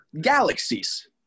Galaxies